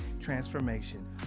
transformation